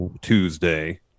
Tuesday